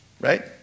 right